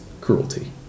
cruelty